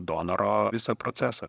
donoro visą procesą